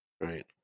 right